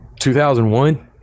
2001